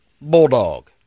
Bulldog